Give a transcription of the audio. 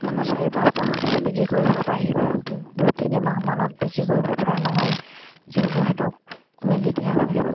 মানে চাৰি পাঁচ মাহতহে বিক্ৰী কৰিব পাৰি দুই তিনি মাহমানত বিক্ৰী কৰিব পৰা নহয় যিহেতু সিহঁতক হয়